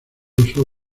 uso